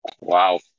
Wow